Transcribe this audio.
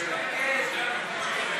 ההסתייגות (18)